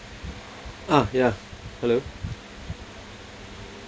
ah ya hello